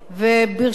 ברשותך,